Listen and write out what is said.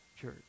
church